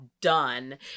done